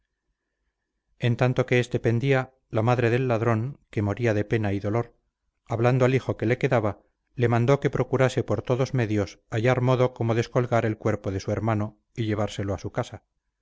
en tanto que éste pendía la madre del ladrón que moría de pena y dolor hablando al hijo que le quedaba le mandó que procurase por todos medios hallar modo como descolgar el cuerpo de su hermano y llevárselo a su casa